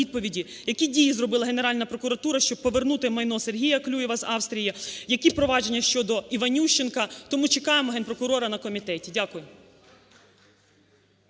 які дії зробила Генеральна прокуратура, щоб повернути майно Сергія Клюєва з Австрії, які провадження щодоІванющенка. Тому чекаємо генпрокурора на комітеті. Дякую.